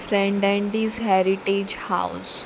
friend and his heritage house